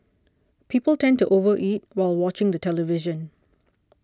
people tend to over eat while watching the television